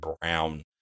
Brown